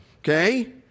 okay